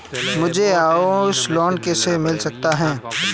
मुझे house loan कैसे मिल सकता है?